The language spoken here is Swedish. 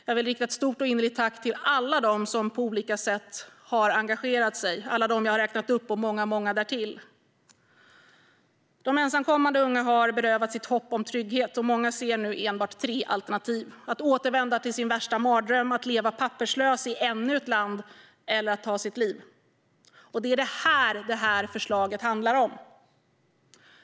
Jag vill rikta ett stort och innerligt tack till alla dem som på olika sätt har engagerat sig - alla dem jag har räknat upp och många därtill. De ensamkommande unga har berövats sitt hopp om trygghet. Många ser nu enbart tre alternativ: att återvända till sin värsta mardröm, att leva papperslös i ännu ett land eller att ta sitt liv. Det är det här som förslaget handlar om.